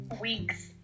weeks